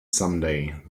someday